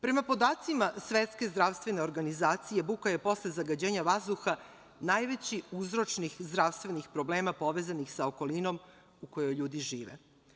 Prema podacima Svetske zdravstvene organizacije, buka je posle zagađenja vazduha najveći uzročnik zdravstvenih problema povezanih sa okolinom u kojoj ljudi žive.